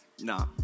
Nah